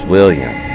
William